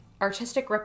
artistic